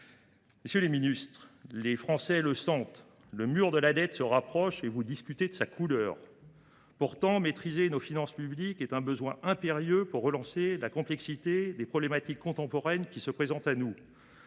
Messieurs les ministres, les Français le sentent : le mur de la dette se rapproche et vous discutez de sa couleur. Pourtant, maîtriser nos finances publiques constitue une nécessité impérieuse pour faire face à la complexité des problématiques contemporaines qui se présentent à nous.